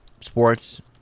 sports